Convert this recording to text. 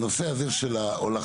הנושא הזה של ההולכה,